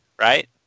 right